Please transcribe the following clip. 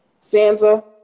sansa